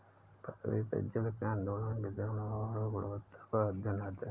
पृथ्वी पर जल के आंदोलन वितरण और गुणवत्ता का अध्ययन है